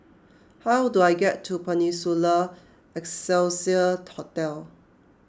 how do I get to Peninsula Excelsior Hotel